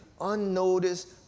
unnoticed